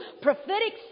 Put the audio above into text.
prophetic